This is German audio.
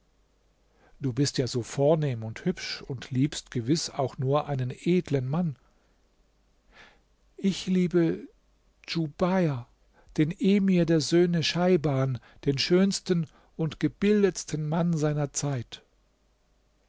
du bist ja so vornehm und hübsch und liebst gewiß auch nur einen edlen mann ich liebe djubeir den emir der söhne scheiban den schönsten und gebildetsten mann seiner zeit